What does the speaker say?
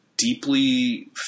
deeply